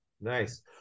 Nice